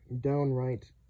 Downright